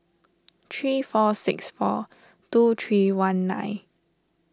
three four six four two three one nine